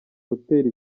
gutera